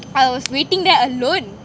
I was waiting there alone